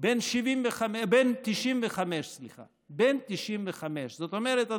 בן 95. זאת אומרת,